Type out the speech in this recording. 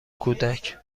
کودک